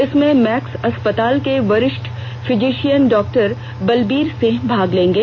इसमें मैक्स अस्पताल के वरिष्ठ फिजिशियन डॉक्टर बलबीर सिंह भाग लेंगे